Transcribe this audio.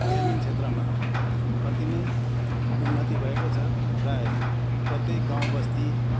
gaming क्षेत्रमा अति नै उन्नति भएको छ प्रायः प्रत्येक गाउँ बस्ती